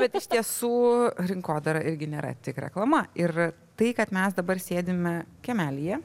bet iš tiesų rinkodara irgi nėra tik reklama ir tai kad mes dabar sėdime kiemelyje